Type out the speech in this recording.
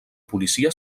policia